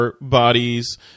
bodies